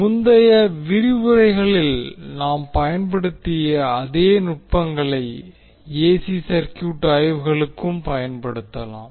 முந்தைய விரிவுரைகளில் நாம் பயன்படுத்திய அதே நுட்பங்களை ஏசி சர்கியூட் ஆய்வுகளுக்கும் பயன்படுத்தலாம்